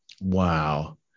Wow